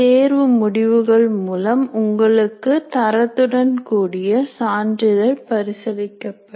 தேர்வு முடிவுகள் மூலம் உங்களுக்கு தரத்துடன் கூடிய சான்றிதழ் பரிசளிக்கப்படும்